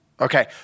Okay